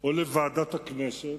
או לוועדת הכנסת